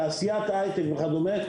תעשיית הייטק וכדומה,